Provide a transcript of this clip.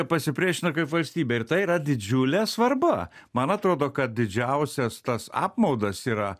pasipriešina kaip valstybė ir tai yra didžiulė svarba man atrodo kad didžiausias tas apmaudas yra